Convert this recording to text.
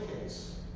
case